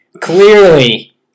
clearly